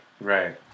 Right